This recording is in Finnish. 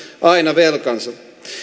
aina velkansa